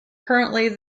currently